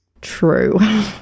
true